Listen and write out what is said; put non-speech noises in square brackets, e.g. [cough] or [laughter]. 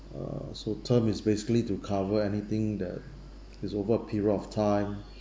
uh so term is basically to cover anything that [noise] is over a period of time [breath]